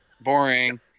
boring